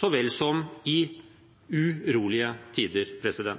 så vel som urolige tider.